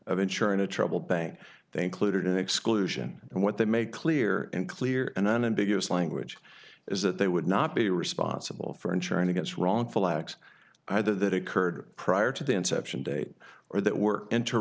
of insuring a troubled bank they included exclusion and what they make clear in clear and unambiguous language is that they would not be responsible for ensuring against wrongful acts either that occurred prior to the inception date or that were enter